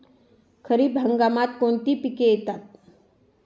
खरीप हंगामात कोणती पिके येतात?